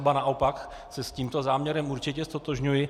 Ba naopak se s tímto záměrem určitě ztotožňuji.